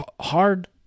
hard